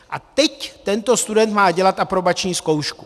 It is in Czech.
A teď tento student má dělat aprobační zkoušku.